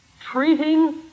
treating